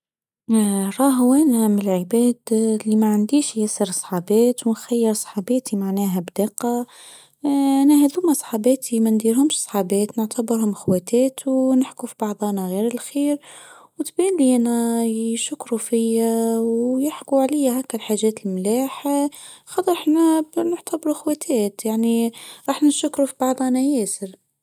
راه وينها من العباد اللي ما عنديش ياسر صحابات وخير صحابيتي معناها بدقه. في بعضنا غير الخير. وتبيني انا يشكروا فيا ويحكوا علي هكا حاجات الملاح خاطر احنا بنعتبر اخوتيت يعني. راح نشكروا في بعضنا ياسر.